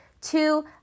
Two